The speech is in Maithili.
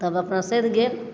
तब अपना सधि गेल